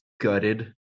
gutted